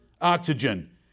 oxygen